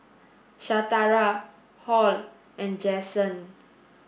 Shatara Hall and Jaxson